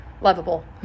lovable